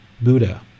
Buddha